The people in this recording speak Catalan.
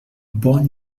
bon